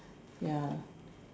ya